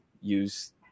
use